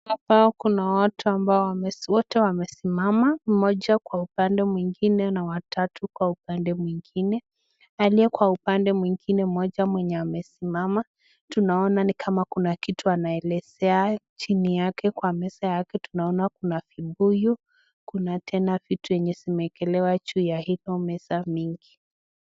Hapa kuna watu ambao wote wamesimama, mmoja kwa upande mwingine na watatu kwa upande mwingine. Aliye kwa upande mwingine mmoja mwenye amesimama, tunaona ni kama kuna kitu anaelezea, chini yake kwa meza yake tunaona kuna vibuyu, kuna tena vitu yenye zimewekelewa juu ya hiyo meza mingi.